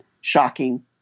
shocking